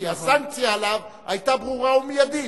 כי הסנקציה עליו היתה ברורה ומיידית.